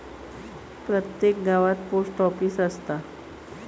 प्रत्येक गावात post office असता